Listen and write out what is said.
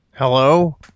Hello